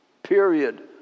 Period